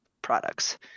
products